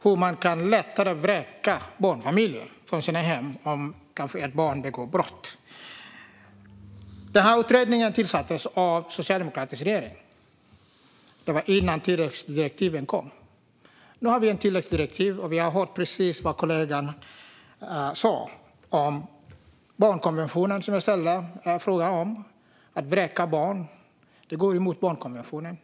Det ska bli lättare att vräka barnfamiljer från deras hem, till exempel om ett barn begår brott. Utredningen tillsattes av en socialdemokratisk regering. Det var innan tilläggsdirektivet kom. Nu finns tilläggsdirektivet, och vi hörde precis vad kollegan sa om barnkonventionen som jag ställde en fråga om. Att vräka barn går ju emot barnkonventionen.